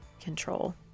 control